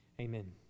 Amen